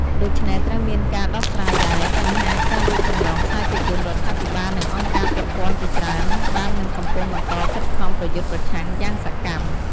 ដូច្នេះត្រូវមានការដោះស្រាយដែរ បញ្ហាការលួចចម្លងខ្សែភាពយន្ត រដ្ឋាភិបាល និងអង្គការពាក់ព័ន្ធជាច្រើនបាននិងកំពុងបន្តខិតខំប្រយុទ្ធប្រឆាំងយ៉ាងសកម្ម។